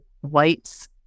whites